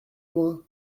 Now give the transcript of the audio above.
loin